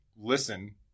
listen